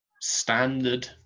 Standard